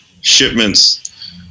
shipments